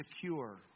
secure